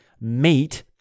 meet